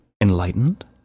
enlightened